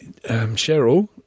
Cheryl